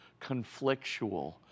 conflictual